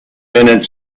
minute